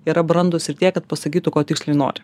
yra brandūs ir tiek kad pasakytų ko tiksliai nori